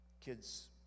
Kids